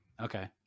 Okay